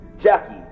Jackie